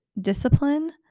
discipline